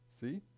See